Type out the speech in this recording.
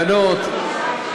הבנות,